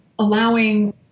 Allowing